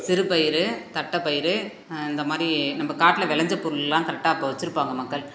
சிறு பயறு தட்டை பயறு இந்த மாதிரி நம்ப காட்டில் விளஞ்ச பொருளெலாம் கரெக்டாக அப்போ வச்சுருப்பாங்க மக்கள்